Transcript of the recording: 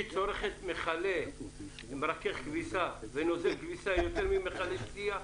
צורכת מיכלי מרכך כביסה ונוזל כביסה יותר ממיכלי שתייה?